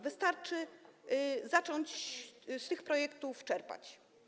Wystarczy zacząć z tych projektów czerpać.